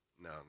no